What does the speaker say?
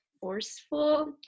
forceful